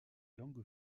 langue